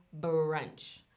brunch